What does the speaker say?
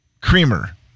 Creamer